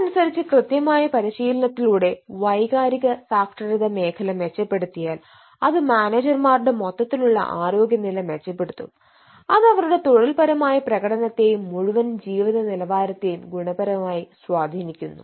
അത് അനുസരിച്ച് കൃത്യമായ പരിശീലനത്തിലൂടെ വൈകാരിക സാക്ഷരത മേഖല മെച്ചപ്പെടുത്തിയാൽ അത് മാനേജർമാരുടെ മൊത്തത്തിലുള്ള ആരോഗ്യനില മെച്ചപ്പെടുത്തും അത് അവരുടെ തൊഴിൽപരമായ പ്രകടനത്തെയും മുഴുവൻ ജീവിത നിലവാരത്തെയും ഗുണപരമായി സ്വാധീനിക്കുന്നു